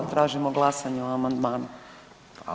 Tražimo glasanje o amandmanu.